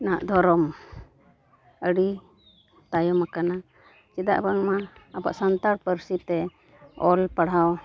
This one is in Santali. ᱨᱮᱱᱟᱜ ᱫᱷᱚᱨᱚᱢ ᱟᱹᱰᱤ ᱛᱟᱭᱚᱢ ᱟᱠᱟᱱᱟ ᱪᱮᱫᱟᱜ ᱵᱟᱝᱢᱟ ᱟᱵᱚᱣᱟᱜ ᱥᱟᱱᱛᱟᱲ ᱯᱟᱹᱨᱥᱤ ᱛᱮ ᱚᱞ ᱯᱟᱲᱦᱟᱣ